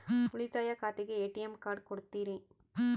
ಉಳಿತಾಯ ಖಾತೆಗೆ ATM card ಕೊಡ್ತೇರಿ?